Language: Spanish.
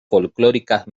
folclóricas